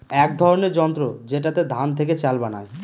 এক ধরনের যন্ত্র যেটাতে ধান থেকে চাল বানায়